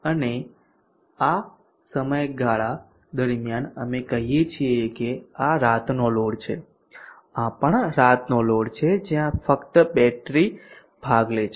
અને આ સમયગાળા દરમિયાન અમે કહીએ છીએ કે આ રાતનો લોડ છે આ પણ રાતનો લોડ છે જ્યાં ફક્ત બેટરી ભાગ લે છે